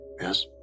yes